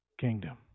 kingdom